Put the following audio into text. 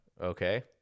Okay